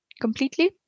completely